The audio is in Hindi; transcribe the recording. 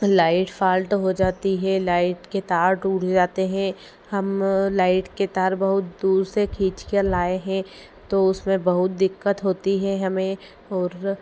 लाइट फाल्ट हो जाती है लाइट के तार टूट जाते हैं हम लाइट के तार बहुत दूर से खींच के लाए हैं तो उसमें बहुत दिक्कत होती है हमें और